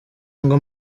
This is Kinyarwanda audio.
ngo